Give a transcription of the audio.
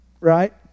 Right